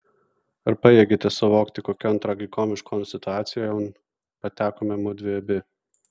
ar pajėgiate suvokti kokion tragikomiškon situacijon patekome mudvi abi